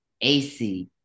AC